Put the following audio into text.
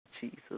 Jesus